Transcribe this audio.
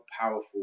powerful